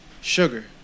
sugar